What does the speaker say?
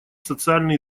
социально